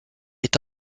est